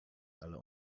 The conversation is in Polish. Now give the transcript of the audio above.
ale